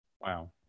Wow